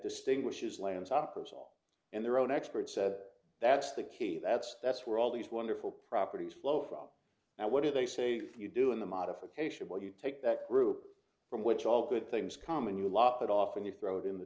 distinguishes lance opera's all and their own experts said that's the key that's that's where all these wonderful properties flow from now what do they say you do in the modification will you take that group from which all good things come and you laugh it off and you throw it in the